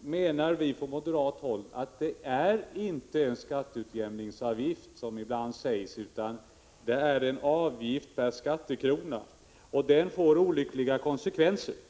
menar vi från moderat håll att den inte är någon skatteutjämningsavgift som ibland sägs, utan en avgift per skattekrona. Den får därför olyckliga konsekvenser.